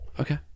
Okay